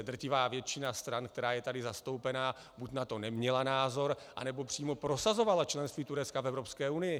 Drtivá většina stran, která je tady zastoupena, na to buď neměla názor, anebo přímo prosazovala členství Turecka v Evropské unii.